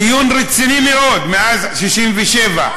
דיון רציני מאוד מאז 1967,